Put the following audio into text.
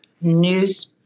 news